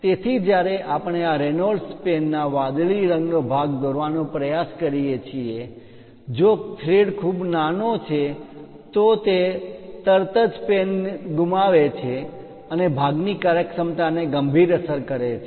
તેથી જ્યારે આપણે આ રેનોલ્ડ્સ પેનના વાદળી રંગનો ભાગ દોરવાનો પ્રયાસ કરી રહ્યાં છીએ જો થ્રેડ ખૂબ નાનો છે તો તે તરત જ તે પેન ગુમાવે છે અને ભાગની કાર્યક્ષમતા ગંભીર રીતે અસર કરે છે